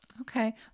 Okay